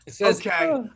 Okay